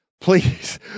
Please